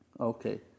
Okay